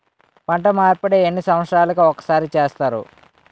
పంట మార్పిడి ఎన్ని సంవత్సరాలకి ఒక్కసారి చేస్తారు?